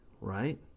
right